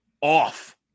off